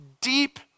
deep